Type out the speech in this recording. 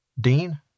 Dean